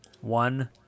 one